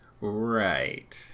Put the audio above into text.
Right